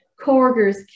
coworkers